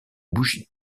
bougies